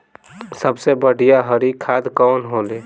सबसे बढ़िया हरी खाद कवन होले?